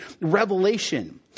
revelation